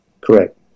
Correct